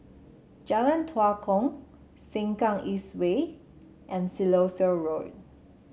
Jalan Tua Kong Sengkang East Way and Siloso Road